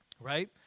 right